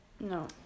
No